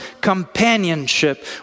companionship